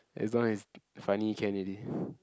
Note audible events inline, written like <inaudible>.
as long as funny can already <breath>